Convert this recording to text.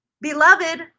beloved